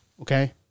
Okay